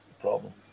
problem